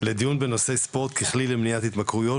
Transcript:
בנושא ספורט ככלי למניעת התמכרויות,